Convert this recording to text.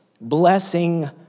blessing